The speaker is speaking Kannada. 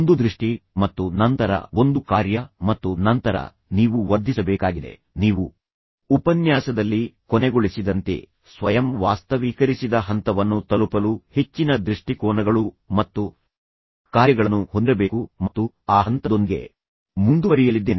ಒಂದು ದೃಷ್ಟಿ ಮತ್ತು ನಂತರ ಒಂದು ಕಾರ್ಯ ಮತ್ತು ನಂತರ ನೀವು ವರ್ಧಿಸಬೇಕಾಗಿದೆ ನೀವು ಉಪನ್ಯಾಸದಲ್ಲಿ ಕೊನೆಗೊಳಿಸಿದಂತೆ ಸ್ವಯಂ ವಾಸ್ತವೀಕರಿಸಿದ ಹಂತವನ್ನು ತಲುಪಲು ಹೆಚ್ಚಿನ ದೃಷ್ಟಿಕೋನಗಳು ಮತ್ತು ಕಾರ್ಯಗಳನ್ನು ಹೊಂದಿರಬೇಕು ಮತ್ತು ನಂತರ ನಾನು ಆ ಹಂತದೊಂದಿಗೆ ಮುಂದುವರಿಯಲಿದ್ದೇನೆ